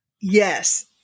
Yes